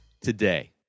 today